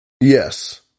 Yes